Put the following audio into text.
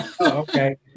Okay